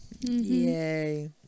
yay